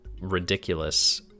ridiculous